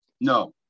No